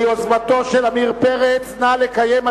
ביוזמתו של עמיר פרץ.